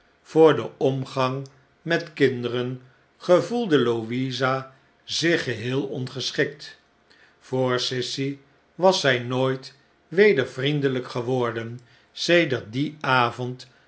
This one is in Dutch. voor den omgang met kinderen gevbelde louisa zich geheel ongeschikt voor sissy was zn nooit weder vriendelijk geworden sedert dien avond